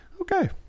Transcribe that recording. okay